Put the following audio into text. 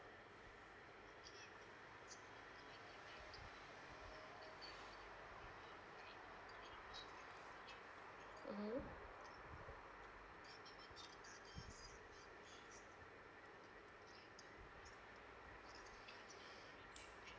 mmhmm